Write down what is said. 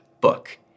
book